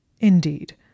Indeed